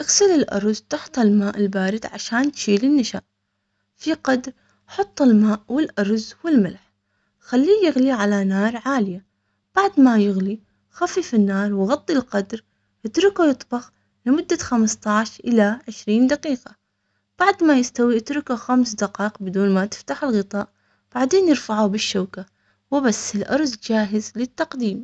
اغسل الأرز تحت الماء البارد عشان تشيل النشا في قدر حط الماء والأرز والملح، خليه يغلي على نار عالية بعد ما يغلي خفيف النار، وغطي القدر، اتركه يطبخ لمدة خمسة عشر إلى عشرين دقيقة. بعد ما يستوي اتركه خمس دقائق بدون ما تفتح الغطاء.